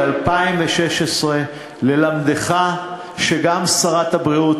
עד 2016. ללמדך שגם שרת הבריאות,